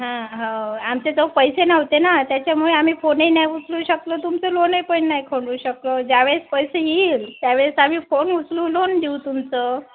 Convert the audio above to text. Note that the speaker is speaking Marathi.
हां हो आमच्याजवळ पैसे नव्हते ना त्याच्यामुळे आम्ही फोनही नाही उचलू शकलो तुमचं लोनही पण नाही खंडू शकलो ज्यावेळेस पैसे येईल त्यावेळेस आम्ही फोन उचलू लोन देऊ तुमचं